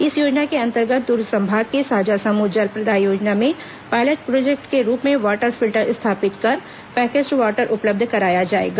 इस योजना के अंतर्गत दर्ग संभाग के साजा समूह जल प्रदाय योजना में पायलट प्रोजेक्ट के रूप में वाटर फिल्टर स्थापित कर पैकेज्ड वॉटर उपलब्ध कराया जाएगा